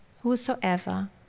Whosoever